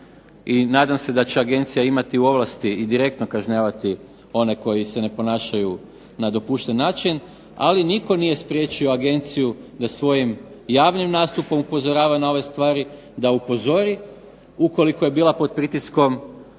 i nadam se da će agencija imati u ovlasti i direktno kažnjavati one koji se ne ponašaju na dopušten način. Ali nitko nije spriječio agenciju da svojim javnim nastupom upozorava na ove stvari, a upozori ukoliko je bila pod pritiskom